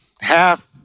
half